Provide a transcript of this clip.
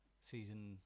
season